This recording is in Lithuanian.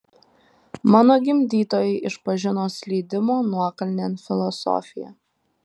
mano gimdytojai išpažino slydimo nuokalnėn filosofiją